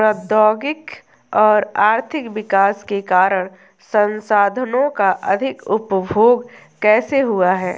प्रौद्योगिक और आर्थिक विकास के कारण संसाधानों का अधिक उपभोग कैसे हुआ है?